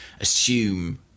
assume